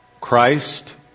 Christ